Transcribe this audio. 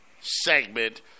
segment